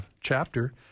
chapter